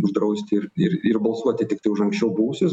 uždrausti ir balsuoti tiktai už anksčiau buvusius bet